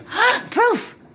Proof